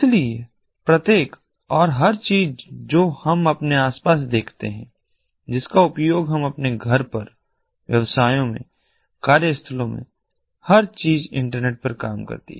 इसलिए प्रत्येक और हर चीज जो हम अपने आस पास देखते हैं जिसका उपयोग हम अपने घर पर व्यवसायों में कार्यस्थलों में हर चीज इंटरनेट पर काम करती है